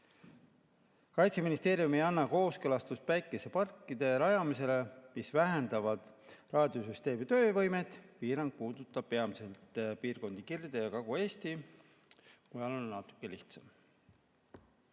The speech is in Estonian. "Kaitseministeerium ei anna kooskõlastust päikeseparkide rajamisele, mis vähendavad raadiosüsteemi töövõimet." Piirang puudutab peamiselt piirkondi Kirde‑ ja Kagu-Eestis, mujal on natuke lihtsam.